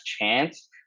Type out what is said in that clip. chance